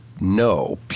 no